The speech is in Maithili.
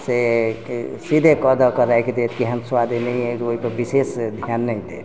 से सीधे कऽ धऽ के राखि देत केहन स्वाद अइ नहि अइ ओहिपर विशेष ध्यान नहि देत